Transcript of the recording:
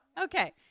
okay